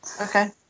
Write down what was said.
Okay